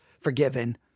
forgiven